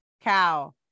cow